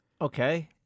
Okay